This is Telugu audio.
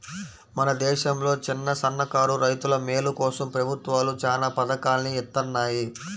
మన దేశంలో చిన్నసన్నకారు రైతుల మేలు కోసం ప్రభుత్వాలు చానా పథకాల్ని ఇత్తన్నాయి